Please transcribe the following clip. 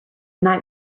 night